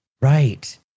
Right